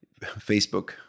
Facebook